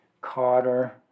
Carter